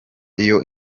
iyo